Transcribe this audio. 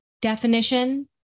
definition